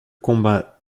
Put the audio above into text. combat